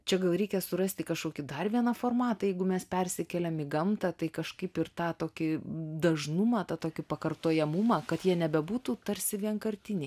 čia reikia surasti kažkokį dar vieną formatą jeigu mes persikeliam į gamtą tai kažkaip ir tą tokį dažnumą tą tokį pakartojamumą kad jie nebebūtų tarsi vienkartiniai